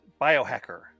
biohacker